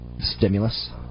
stimulus